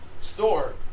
store